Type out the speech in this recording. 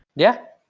yeah,